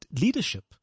leadership